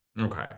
Okay